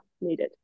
needed